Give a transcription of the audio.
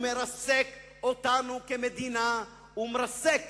הוא מרסק אותנו כמדינה, הוא מרסק